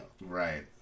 Right